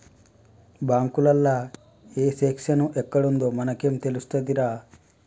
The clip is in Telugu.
బాంకులల్ల ఏ సెక్షను ఎక్కడుందో మనకేం తెలుస్తదిరా